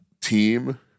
team